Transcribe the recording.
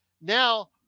Now